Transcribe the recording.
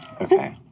Okay